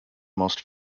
most